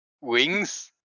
Wings